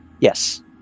Yes